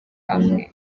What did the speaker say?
hamwe